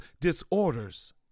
disorders